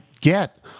get